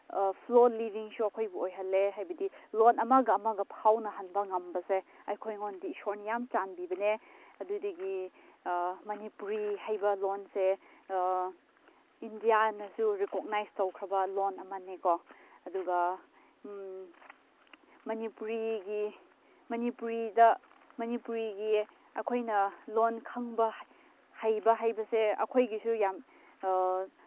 flow ꯂꯤꯚꯤꯡꯁꯨ ꯑꯩꯈꯣꯏꯕꯨ ꯑꯣꯏꯍꯜꯂꯦ ꯍꯥꯏꯕꯗꯤ ꯂꯣꯟ ꯑꯃꯒ ꯑꯃꯒ ꯐꯥꯎꯅꯍꯟꯕ ꯉꯝꯕꯁꯦ ꯑꯩꯈꯣꯏꯉꯣꯟꯗꯤ ꯏꯁꯣꯔꯅ ꯌꯥꯝ ꯆꯥꯟꯕꯤꯕꯅꯦ ꯑꯗꯨꯗꯒꯤ ꯃꯅꯤꯄꯨꯔꯤ ꯍꯩꯕ ꯂꯣꯟꯁꯦ ꯏꯟꯗꯤꯌꯥꯅꯁꯨ ꯔꯤꯀꯣꯛꯅꯥꯏꯖ ꯇꯧꯈ꯭ꯔꯕ ꯂꯣꯟ ꯑꯃꯅꯦ ꯀꯣ ꯑꯗꯨꯒ ꯃꯅꯤꯄꯨꯔꯤꯒꯤ ꯃꯅꯤꯄꯨꯔꯤꯗ ꯃꯅꯤꯄꯨꯔꯤꯒꯤ ꯑꯩꯈꯣꯏꯅ ꯂꯣꯟ ꯈꯪꯕ ꯍꯩꯕ ꯍꯥꯏꯕꯁꯦ ꯑꯩꯈꯣꯏꯒꯤꯁꯨ ꯌꯥꯝ